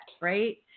right